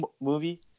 movie